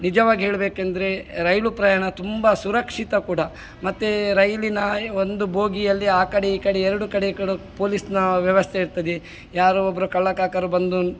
ನಿಜವಾಗಿ ಹೇಳಬೇಕೆಂದ್ರೆ ರೈಲು ಪ್ರಯಾಣ ತುಂಬ ಸುರಕ್ಷಿತ ಕೂಡ ಮತ್ತು ರೈಲಿನ ಒಂದು ಬೋಗಿಯಲ್ಲಿ ಆ ಕಡೆ ಈ ಕಡೆ ಎರಡು ಕಡೆ ಕಡೆ ಪೋಲಿಸ್ನ ವ್ಯವಸ್ಥೆ ಇರ್ತದೆ ಯಾರೋ ಒಬ್ಬರು ಕಳ್ಳಕಾಕರು ಬಂದು